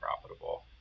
profitable